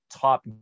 top